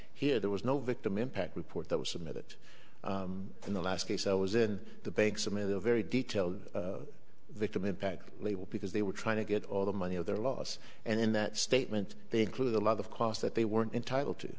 here there was no victim impact report that was submitted in the last case i was in the bank some of the very detailed victim impact label because they were trying to get all the money of their loss and in that statement they include a lot of cost that they weren't entitled to